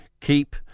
keep